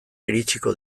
iritsiko